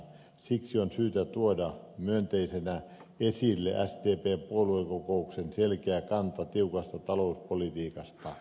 siksi on syytä tuoda myönteisenä esille sdpn puoluekokouksen selkeä kanta tiukasta talouspolitiikasta